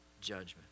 judgment